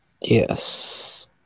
Yes